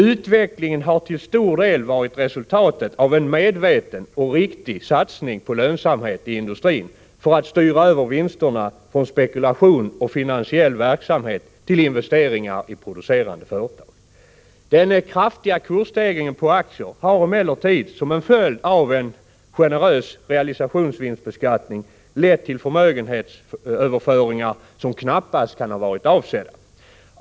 Utvecklingen har till stor del varit ett resultat av en medveten satsning på lönsamhet i industrin i syfte att styra över vinsterna, så att man i stället för att satsa på spekulation och finansiell verksamhet satsar på investeringar i producerande företag. Den kraftiga kursstegringen när det gäller aktier har emellertid, som en följd av en generös realisationsvinstbeskattning, lett till förmögenhetsöverföringar som knappast kan ha varit avsedda.